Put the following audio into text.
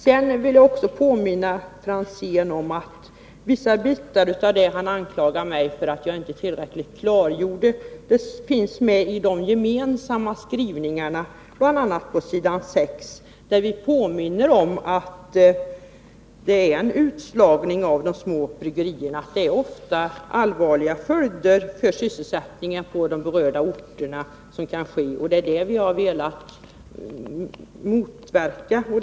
Sedan vill jag också påminna Ivar Franzén om att vissa delar av det han anklagade mig för att inte tillräckligt ha klargjort finns medi de gemensamma skrivningarna, bl.a. på s. 6, där vi påminner om risken för utslagning av de små bryggerierna. Detta får ofta allvarliga följder för sysselsättningen på de berörda orterna, och det är detta vi har velat motverka.